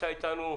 הנושאים.